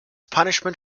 punishment